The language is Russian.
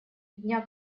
дня